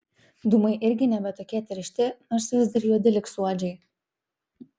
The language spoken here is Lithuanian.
dūmai irgi nebe tokie tiršti nors vis dar juodi lyg suodžiai